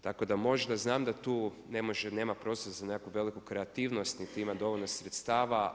Tako da možda znam da tu ne može, nema prostora za nekakvu veliku kreativnost niti ima dovoljno sredstava.